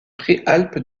préalpes